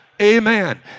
Amen